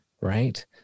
right